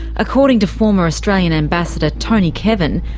according to former australian ambassador tony kevin,